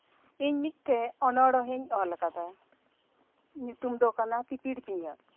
ᱤᱧ ᱢᱤᱫᱴᱮᱱ ᱚᱱᱚᱬᱦᱮᱧ ᱚᱞ ᱟᱠᱟᱫᱟ ᱧᱩᱛᱩᱢ ᱫᱚ ᱠᱟᱱᱟ ᱯᱤᱯᱤᱲ ᱯᱤᱭᱟᱺᱜ